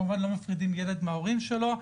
כמובן שלא מפרידים ילד מההורים שלו.